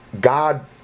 God